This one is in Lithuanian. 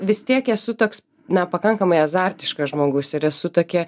vis tiek esu toks na pakankamai azartiškas žmogus ir esu tokia